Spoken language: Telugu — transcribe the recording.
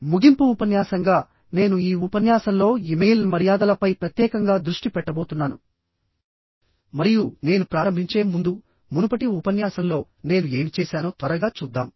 ముగింపు ఉపన్యాసంగా నేను ఈ ఉపన్యాసంలో ఇమెయిల్ మర్యాదలపై ప్రత్యేకంగా దృష్టి పెట్టబోతున్నాను మరియు నేను ప్రారంభించే ముందు మునుపటి ఉపన్యాసంలో నేను ఏమి చేశానో త్వరగా చూద్దాం